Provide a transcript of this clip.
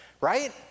right